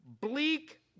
bleak